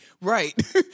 Right